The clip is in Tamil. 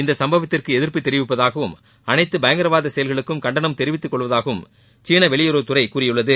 இந்த சும்பவத்திற்கு எதிர்ப்பு தெரிவிப்பதாகவும் அனைத்து பயங்கரவாத சுசுயல்களுக்கும் கண்டனம் தெரிவித்துக் கொள்வதாகவும் சீன வெளியுறவுத்துறை கூறியுள்ளது